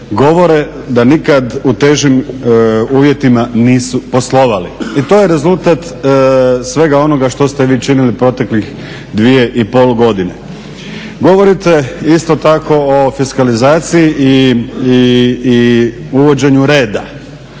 govore da nikada u težim uvjetima nisu poslovali. I to je rezultat svega onoga što ste vi činili proteklih 2,5 godine. Govorite isto tako o fiskalizaciji i uvođenju reda